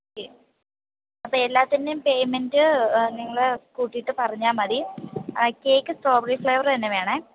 okay അപ്പോൾ എല്ലാത്തിൻ്റെ payment നിങ്ങൾ കൂട്ടിയിട്ട് പറഞ്ഞാൽ മതി കേക്ക് സ്ട്രോബെറി ഫ്ലേവർ തന്നെ വേണം